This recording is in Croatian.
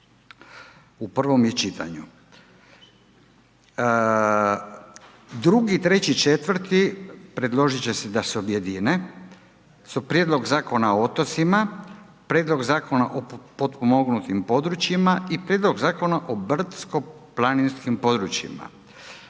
u prvom je čitanju. 2., 3. i 4. predložiti će se da se objedine su Prijedlog zakona o otocima, Prijedlog zakona o potpomognutim područjima i Prijedlog zakona o brdsko-planinskim područjima.